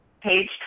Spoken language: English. page